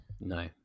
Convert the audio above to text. No